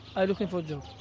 i looking for job.